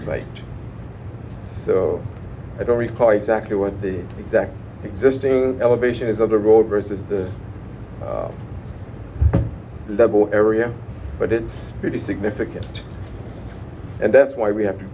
site so i don't recall exactly what the exact existing elevation is of the roe versus the double area but it's pretty significant and that's why we have to